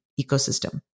ecosystem